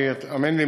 האמן לי,